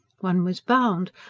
one was bound.